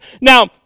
Now